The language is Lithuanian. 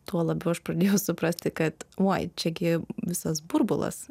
tuo labiau aš pradėjau suprasti kad oi čiagi visas burbulas